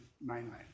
mainland